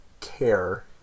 care